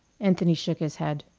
anthony shook his head.